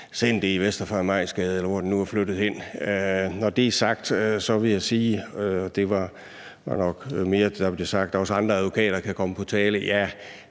hen i Vestre Farimagsgade, eller hvor det nu er flyttet hen. Når det er sagt, vil jeg sige, og det er nok mere til det, der blev sagt om, at der også er andre advokater, der kan komme på tale, at